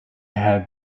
had